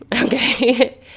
Okay